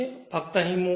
તેથી ફક્ત અહીં મૂકો